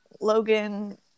Logan